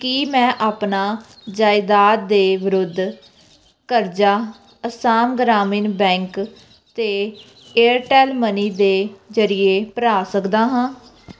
ਕੀ ਮੈਂ ਆਪਣਾ ਜਾਇਦਾਦ ਦੇ ਵਿਰੁੱਧ ਕਰਜ਼ਾ ਅਸਾਮ ਗ੍ਰਾਮੀਣ ਬੈਂਕ ਅਤੇ ਏਅਰਟੈੱਲ ਮਨੀ ਦੇ ਜ਼ਰੀਏ ਭਰ ਸਕਦਾ ਹਾਂ